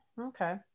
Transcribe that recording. Okay